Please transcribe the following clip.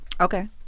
Okay